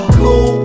cool